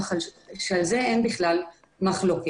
ככה שעל זה אין בכלל מחלוקת.